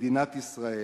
מדינת ישראל,